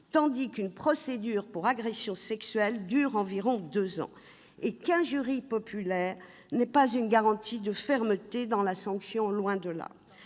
tandis qu'une procédure pour agression sexuelle dure environ deux ans. Et qu'un jury populaire n'est pas une garantie de fermeté dans la sanction, loin de là.